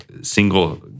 single